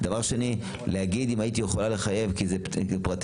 שנית, להגיד: אם הייתי יכולה לחייב את הפרטיים